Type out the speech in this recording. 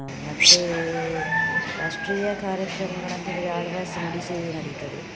ಮತ್ತು ರಾಷ್ಟ್ರೀಯ ಕಾರ್ಯಕ್ರಮಗಳು ಅಂತೇಳಿದರೆ ಆಳ್ವಾಸ್ ನುಡಿಸಿರಿ ನಡೀತದೆ